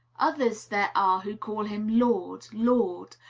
others there are who call him lord, lord,